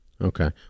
Okay